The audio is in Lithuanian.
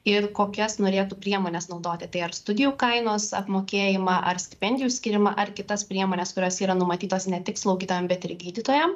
ir kokias norėtų priemones naudoti tai ar studijų kainos apmokėjimą ar stipendijų skyrimą ar kitas priemones kurios yra numatytos ne tik slaugytojam bet ir gydytojam